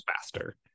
faster